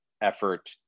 effort